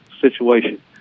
situation